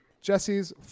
Jesse's